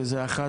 שזה אחת